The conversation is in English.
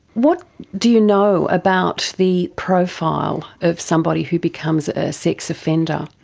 what do you know about the profile of somebody who becomes a sex offender?